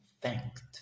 thanked